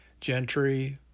gentry